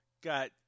Got